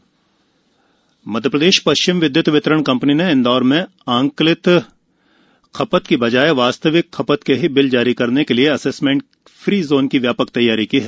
assessment free zone Madhya Pradesh पश्चिम क्षेत्र विद्य्त वितरण कंपनी ने इंदौर में आंकलित खपत की बजाए वास्तविक खपत के ही बिल जारी करने के लिए असेस्मेंट फ्री जोन की व्यापक तैयारी की है